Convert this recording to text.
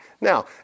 Now